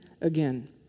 again